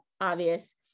obvious